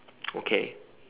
okay